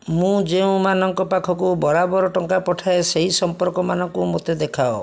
ମୁଁ ଯେଉଁମାନଙ୍କ ପାଖକୁ ବରାବର ଟଙ୍କା ପଠାଏ ସେହି ସମ୍ପର୍କ ମାନଙ୍କୁ ମୋତେ ଦେଖାଅ